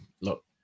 look